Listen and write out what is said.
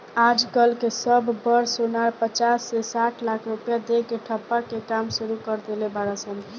आज कल के सब बड़ सोनार पचास से साठ लाख रुपया दे के ठप्पा के काम सुरू कर देले बाड़ सन